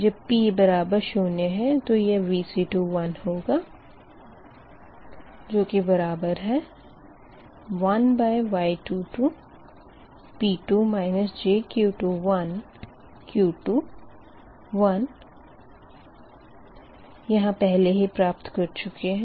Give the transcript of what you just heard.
जब p 0 तो यह Vc21 होगा जो कि बराबर है 1Y22 P2 jQ21 Q21 यहाँ पहले ही प्राप्त कर चुके है